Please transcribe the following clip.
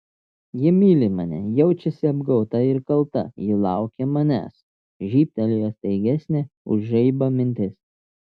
ji myli mane jaučiasi apgauta ir kalta ji laukia manęs žybtelėjo staigesnė už žaibą mintis